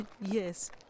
yes